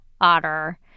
otter